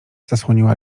zasłoniła